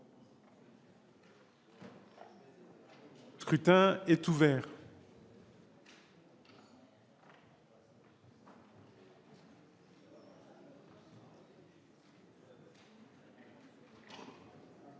Scrutin est ouvert.